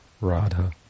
Radha